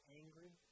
angry